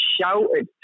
shouted